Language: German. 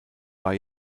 war